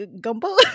Gumbo